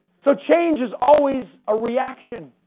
so, change is always a reaction